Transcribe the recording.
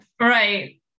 Right